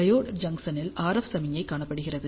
diode ஜங்சனில் RF சமிக்ஞை காணப்படுகிறது